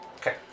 Okay